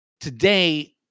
today